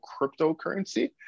cryptocurrency